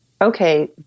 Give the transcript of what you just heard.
okay